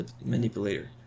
manipulator